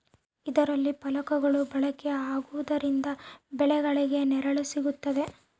ಇದರಲ್ಲಿ ಫಲಕಗಳು ಬಳಕೆ ಆಗುವುದರಿಂದ ಬೆಳೆಗಳಿಗೆ ನೆರಳು ಸಿಗುತ್ತದೆ